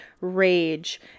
rage